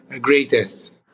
greatest